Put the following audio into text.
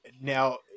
Now